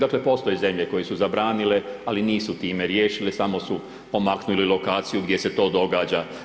Dakle, postoje zemlje koje su zabranile, ali nisu time riješile, samo su pomaknuli lokaciju gdje se to događa.